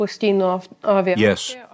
Yes